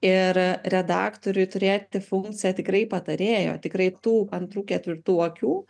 ir redaktoriui turėti funkciją tikrai patarėjo tikrai tų antrų ketvirtų akių